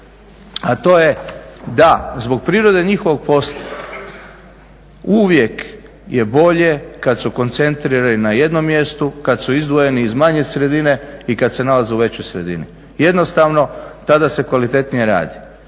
a to je da zbog prirode njihovog posla uvijek je bolje kada su koncentrirani na jednom mjestu, kada su izdvojenih iz manje sredine i kada se nalaze u većoj sredini. Jednostavno tada se kvalitetnije radi,